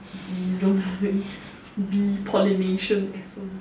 bee pollination essence